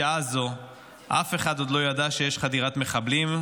בשעה זו אף אחד עוד לא ידע שיש חדירת מחבלים.